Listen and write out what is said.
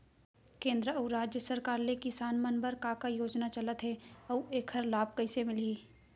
केंद्र अऊ राज्य सरकार ले किसान मन बर का का योजना चलत हे अऊ एखर लाभ कइसे मिलही?